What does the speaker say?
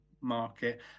market